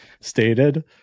stated